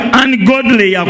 ungodly